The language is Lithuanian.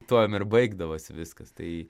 tuom ir baigdavos viskas tai